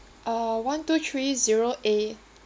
uh one two three zero A